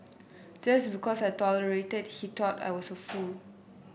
just because I tolerated he thought I was a fool